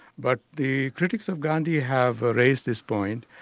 but the critics of gandhi have raised this point,